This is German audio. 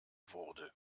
wurde